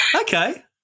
Okay